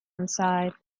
inside